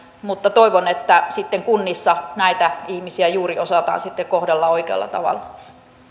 mutta toivon että sitten kunnissa näitä ihmisiä osataan kohdella juuri oikealla tavalla